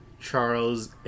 Charles